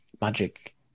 magic